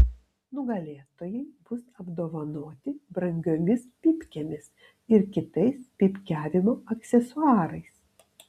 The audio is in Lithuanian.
nugalėtojai bus apdovanoti brangiomis pypkėmis ir kitais pypkiavimo aksesuarais